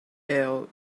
eel